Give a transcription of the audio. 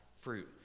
fruit